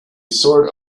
sort